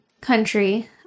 country